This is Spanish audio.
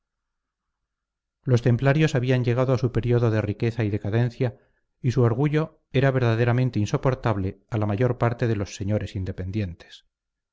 los templarios habían llegado a su periodo de riqueza y decadencia y su orgullo era verdaderamente insoportable a la mayor parte de los señores independientes